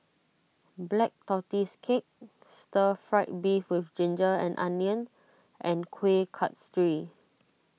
Black Tortoise Cake Stir Fried Beef with Ginger A Onions and Kuih Kasturi